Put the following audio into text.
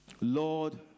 Lord